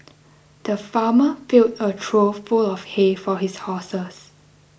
the farmer filled a trough full of hay for his horses